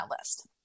list